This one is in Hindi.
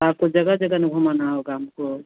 आपको जगह जगह न घुमाना होगा हमको